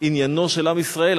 עניינו של עם ישראל.